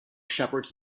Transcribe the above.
shepherds